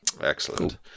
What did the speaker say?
Excellent